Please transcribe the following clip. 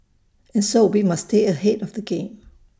and so we must stay ahead of the game